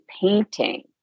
painting